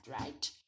right